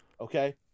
Okay